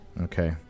Okay